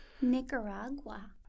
Nicaragua